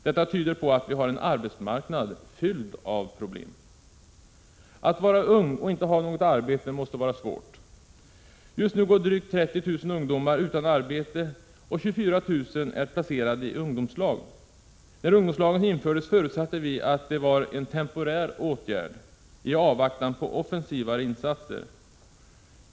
Detta tyder på att vi har en arbetsmarknad fylld av problem. Att var ung och inte ha något arbete måste vara svårt. Just nu går drygt 30 000 ungdomar utan arbete, och 24 000 är placerade i ungdomslag. När ungdomslagen infördes förutsatte vi att det var en temporär åtgärd i avvaktan på offensivare insatser.